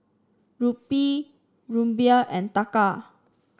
Rupee Ruble and Taka